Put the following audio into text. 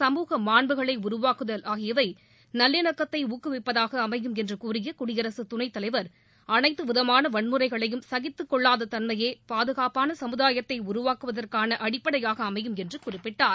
சமூக மாண்புகளை உருவாக்குதல் ஆகியவை நல்லிணக்கத்தை ஊக்குவிப்பதாக அமையும் என்று கூறிய குடியரசுத் துணைத் தலைவர் அனைத்து விதமான வன்முறைகளையும் சகித்துக் கொள்ளாத தன்மையே பாதுகாப்பாள சமூதாயத்தை உருவாக்குவதற்கான அடிப்படையாக அமையும் என்று குறிப்பிட்டார்